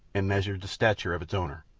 and measured the stature of its owner,